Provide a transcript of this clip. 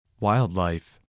Wildlife